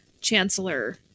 chancellor